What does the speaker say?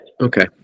okay